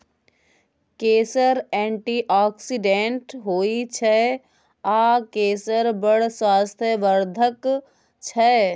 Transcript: केसर एंटीआक्सिडेंट होइ छै आ केसर बड़ स्वास्थ्य बर्धक छै